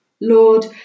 Lord